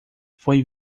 foi